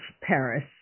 Paris